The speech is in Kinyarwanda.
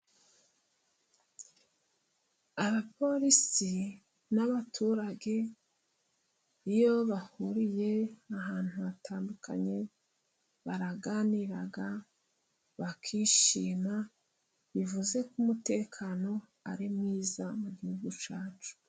Abapolisi n'abaturage, iyo bahuriye ahantu hatandukanye, baraganira, bakishima, bivuze ko umutekano ari mwiza mu Gihugu cyacu.